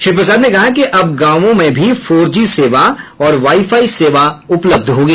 श्री प्रसाद ने कहा कि अब गांवों में भी फोर जी सेवा और वाईफाई सेवा उपलब्ध होगी